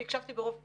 והקשבתי רוב קשב,